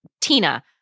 Tina